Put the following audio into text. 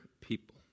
people